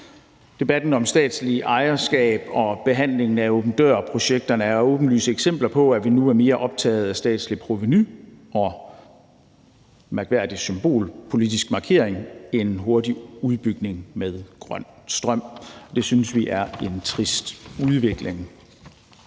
Debatten om statsligt ejerskab og behandlingen af åben dør-projekterne er åbenlyse eksempler på, at vi nu er mere optaget af statsligt provenu og mærkværdig symbolpolitisk markering end hurtig udbygning med grøn strøm. Det synes vi er en trist udvikling.